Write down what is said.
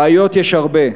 בעיות יש הרבה,